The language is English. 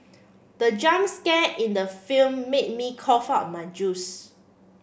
the jump scare in the film made me cough out my juice